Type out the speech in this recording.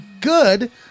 good